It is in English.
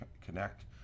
connect